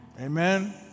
Amen